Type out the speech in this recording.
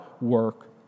work